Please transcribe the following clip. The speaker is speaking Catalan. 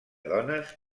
dones